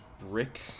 brick